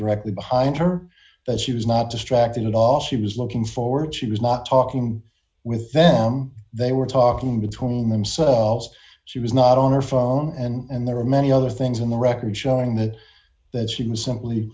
directly behind her that she was not distracted at all she was looking forward she was not talking with them they were talking between themselves she was not on her phone and there were many other things in the record showing that that she was simply